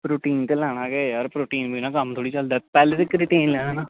protein ते लैना गै प्रोटीन बिना कम्म थोह्ड़े चलदा पैह्लें ते प्रोटीन लैना ना